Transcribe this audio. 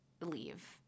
leave